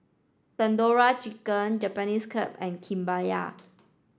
Tandoori Chicken Japanese and Kimbap